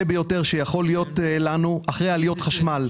ביותר שיכול להיות לנו אחרי עליות חשמל,